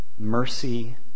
mercy